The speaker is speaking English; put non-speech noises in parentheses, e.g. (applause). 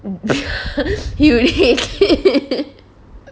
(laughs)